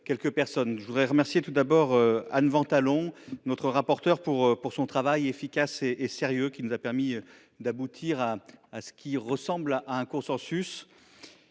Je voudrais tout d’abord saluer Anne Ventalon, notre rapporteure, pour son travail efficace et sérieux, qui nous a permis d’aboutir à ce qui ressemble à un consensus.